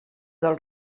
del